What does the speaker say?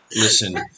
Listen